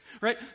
right